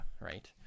Right